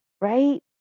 right